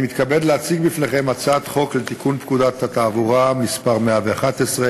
אני מתכבד להציג בפניכם את הצעת חוק לתיקון פקודת התעבורה (מס' 111),